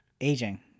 aging